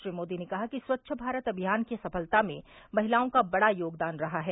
श्री मोदी ने कहा कि स्वच्छ भारत अभियान की सफलता में महिलाओं का बड़ा योगदान रहा है